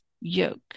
yoke